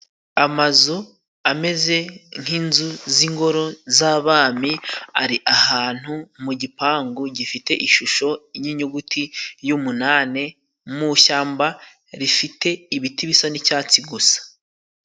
Amazu ameze nk'inzu z'ingoro z'abami ari ahantu mu gipangu gifite ishusho y'inyuguti y'umunani, mu ishyamba rifite ibiti bisa ni'icyatsi gusa.